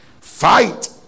fight